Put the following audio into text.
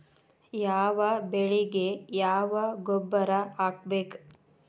ಯಾವ ಬೆಳಿಗೆ ಯಾವ ಗೊಬ್ಬರ ಹಾಕ್ಬೇಕ್?